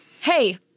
hey